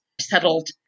settled